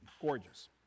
Gorgeous